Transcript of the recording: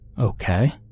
Okay